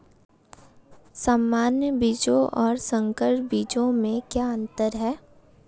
सामान्य बीजों और संकर बीजों में क्या अंतर है?